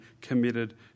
committed